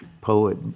poet